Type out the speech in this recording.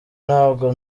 ntabwo